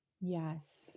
Yes